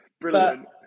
brilliant